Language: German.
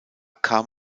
kam